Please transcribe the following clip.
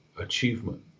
achievement